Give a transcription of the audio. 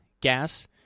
gas